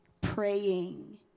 praying